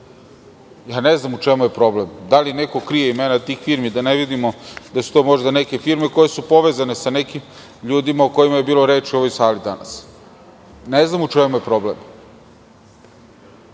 ne znam u čemu je problem, da li neko krije imena tih firmi, da ne vidimo da su to možda neke firme koje su povezane sa nekim ljudima o kojima je bilo reči u ovoj sali danas. Ne znam u čemu je problem,